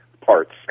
parts